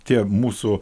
tie mūsų